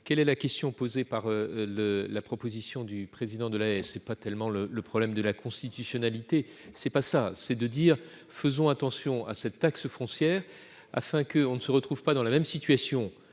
quelle est la question posée par le la proposition du président de la c'est pas tellement le le problème de la constitutionnalité, c'est pas ça, c'est de dire : faisons attention à cette taxe foncière afin que, on ne se retrouve pas dans la même situation